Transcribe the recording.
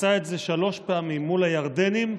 מול הירדנים,